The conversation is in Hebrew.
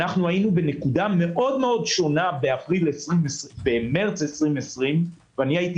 אנחנו היינו בנקודה שונה מאוד במרץ 2020 והייתי